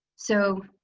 so